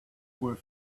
were